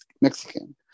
Mexican